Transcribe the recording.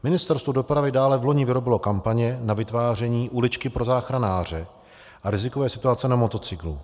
Ministerstvo dopravy dále vloni vyrobilo kampaně na vytváření uličky pro záchranáře a rizikové situace na motocyklu.